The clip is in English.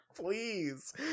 please